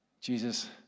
Jesus